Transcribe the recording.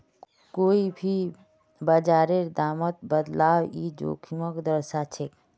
कोई भी बाजारेर दामत बदलाव ई जोखिमक दर्शाछेक